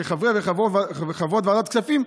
כחברי וחברות ועדת כספים,